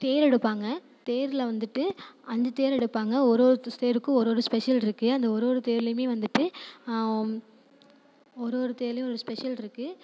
தேர் எடுப்பாங்க தேரில் வந்துட்டு அஞ்சு தேர் எடுப்பாங்க ஒரு ஒரு தேருக்கும் ஒரு ஒரு ஸ்பெஷல் இருக்குது அந்த ஒரு ஒரு தேர்லேயுமே வந்துட்டு ஒரு ஒரு தேருலேயும் ஒரு ஸ்பெஷல் இருக்குது